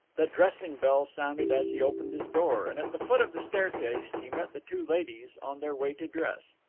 the dressing-bell sounded as he opened his door, and at the foot of the staircase he met the two ladies on their way to dress.